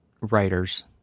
writers